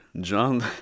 John